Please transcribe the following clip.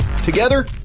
Together